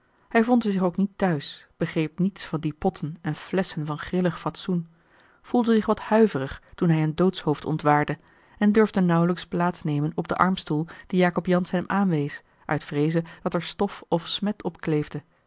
hij vond er zich ook niet thuis begreep niets van die potten en flesschen van grillig fatsoen voelde zich wat huiverig toen hij een doodshoofd ontwaarde en durfde nauwelijks plaats nemen op den armstoel dien jacob jansz hem aanwees uit vreeze dat er stof of smet op kleefde